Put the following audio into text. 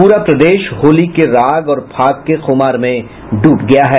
पूरा प्रदेश होली के राग और फाग के खुमार में डूब गया है